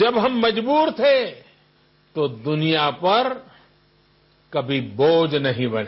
जब हम मजबूर थे तो दुनिया पर कभी बोझ नहीं बने